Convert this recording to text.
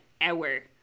hour